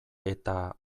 eta